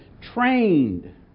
trained